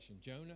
Jonah